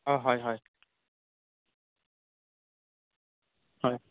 অ হয় হয় হয়